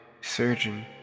surgeon